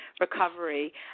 recovery